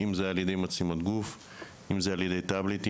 אם על ידי מצלמות גוף או אם על ידי טאבלט.